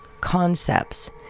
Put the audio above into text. concepts